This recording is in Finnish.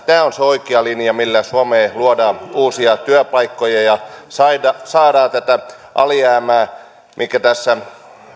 tämä on se oikea linja millä suomeen luodaan uusia työpaikkoja ja saadaan tavoiteltua tätä alijäämää mikä tässä